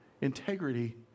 integrity